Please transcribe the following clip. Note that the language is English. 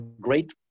great